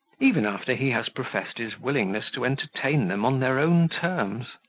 even after he has professed his willingness to entertain them on their own terms.